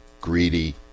greedy